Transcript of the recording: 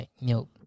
milk